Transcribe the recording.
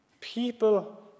People